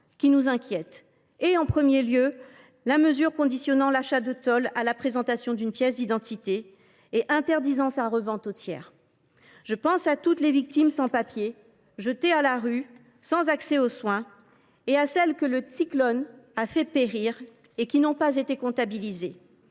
qui nous inquiètent, en premier lieu la mesure conditionnant l’achat de tôles à la présentation d’une pièce d’identité et interdisant leur revente aux tiers. Je pense à toutes les victimes sans papiers du cyclone, jetées à la rue, sans accès aux soins, et à celles qui ont péri et qui n’ont pas été comptabilisées.